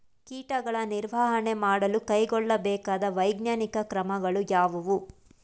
ಕೀಟಗಳ ನಿರ್ವಹಣೆ ಮಾಡಲು ಕೈಗೊಳ್ಳಬೇಕಾದ ವೈಜ್ಞಾನಿಕ ಕ್ರಮಗಳು ಯಾವುವು?